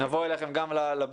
נבוא אליכם גם לפגישות,